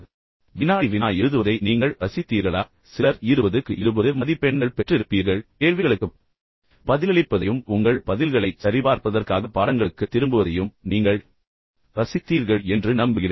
எனவே வினாடி வினா எழுதுவதை நீங்கள் ரசித்தீர்களா உங்களில் சிலர் 20க்கு 20 மதிப்பெண்கள் பெற்றிருப்பீர்கள் என்று நம்புகிறேன் கேள்விகளுக்குப் பதிலளிப்பதையும் உங்கள் பதில்களைச் சரிபார்ப்பதற்காக பாடங்களுக்குத் திரும்புவதையும் நீங்கள் ரசித்தீர்கள் என்று நம்புகிறேன்